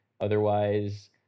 otherwise